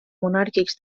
monàrquics